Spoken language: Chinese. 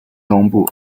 东部